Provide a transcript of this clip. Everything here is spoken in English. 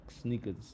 sneakers